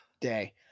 day